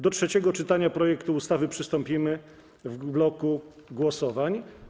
Do trzeciego czytania projektu ustawy przystąpimy w bloku głosowań.